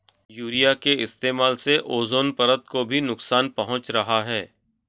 urea के इस्तेमाल से ओजोन परत को भी नुकसान पहुंच रहा है